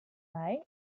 mai